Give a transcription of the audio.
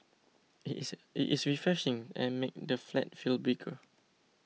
it is it is refreshing and makes the flat feel bigger